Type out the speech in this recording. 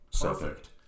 Perfect